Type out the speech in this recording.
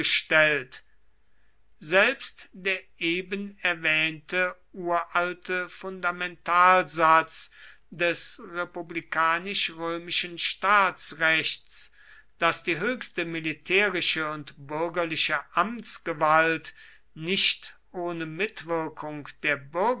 selbst der eben erwähnte uralte fundamentalsatz des republikanisch römischen staatsrechts daß die höchste militärische und bürgerliche amtsgewalt nicht ohne mitwirkung der